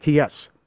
ATS